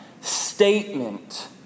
statement